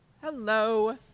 Hello